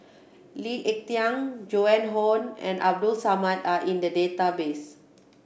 Lee Ek Tieng Joan Hon and Abdul Samad are in the database